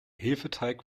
hefeteig